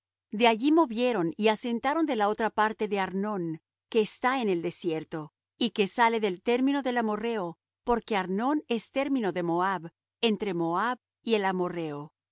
de allí movieron y asentaron de la otra parte de arnón que está en el desierto y que sale del término del amorrheo porque arnón es término de moab entre moab y el amorrheo